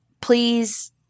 Please